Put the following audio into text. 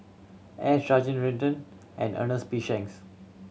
and Ernest P Shanks